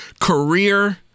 career